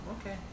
okay